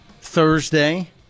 Thursday